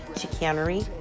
Chicanery